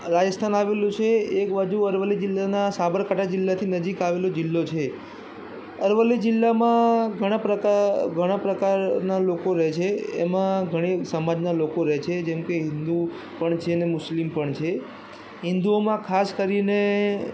રાજસ્થાન આવેલું છે એક બાજુ અરવલ્લી જિલ્લાના સાબરકાંઠા જિલ્લાથી નજીક આવેલો જિલ્લો છે અરવલ્લી જિલ્લામાં ઘણા પ્રકાર ઘણા પ્રકારના લોકો રહે છે એમાં ઘણી સમાજના લોકો રહે છે જેમ કે હિન્દુ પણ છે અને મુસ્લિમ પણ છે હિન્દુઓમાં ખાસ કરીને